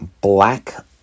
black